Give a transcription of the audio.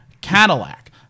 Cadillac